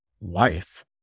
life